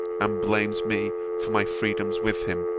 and blames me for my freedoms with him.